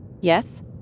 Yes